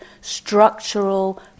structural